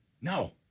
No